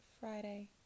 Friday